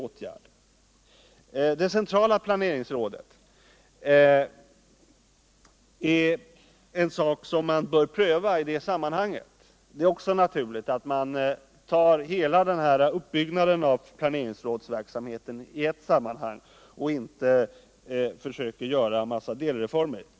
Också frågan om det centrala planeringsrådet bör prövas i det sammanhanget. Det är naturligt att uppbyggnaden av planeringsrådsverksamheten i dess helhet tas upp i ett sammanhang och att man inte försöker genomföra ett antal delreformer.